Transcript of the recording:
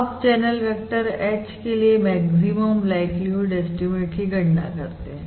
अब channel vector h के लिए मैक्सिमम लाइक्लीहुड एस्टीमेट की गणना करते हैं